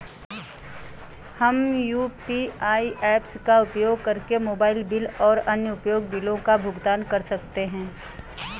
हम UPI apps का उपयोग करके मोबाइल बिल और अन्य उपयोगिता बिलों का भुगतान कर सकते हैं